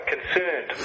concerned